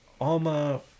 alma